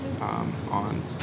on